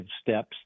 steps